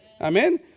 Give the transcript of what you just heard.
Amen